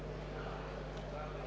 Благодаря